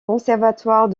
conservatoire